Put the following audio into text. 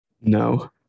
No